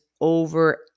Over